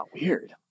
weird